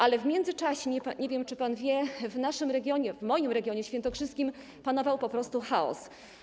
Ale w międzyczasie, nie wiem, czy pan wie, w naszym regionie, w moim regionie świętokrzyskim panował po prostu chaos.